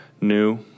new